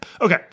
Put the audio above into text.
Okay